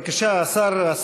בבקשה, השר, כן, בבקשה.